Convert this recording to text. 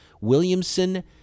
Williamson